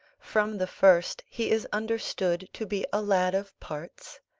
from the first he is understood to be a lad of parts.